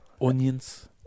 onions